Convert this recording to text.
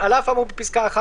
"(2) על אף האמור בפסקה (1),